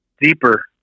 deeper